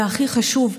והכי חשוב,